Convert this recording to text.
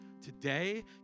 today